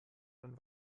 einen